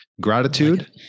gratitude